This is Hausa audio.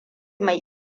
mai